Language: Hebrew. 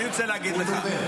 אני רוצה להגיד לך,